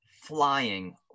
flying